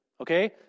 Okay